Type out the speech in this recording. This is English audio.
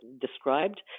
described